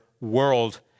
world